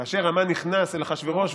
כאשר המן נכנס אל אחשוורוש,